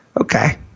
Okay